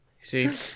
See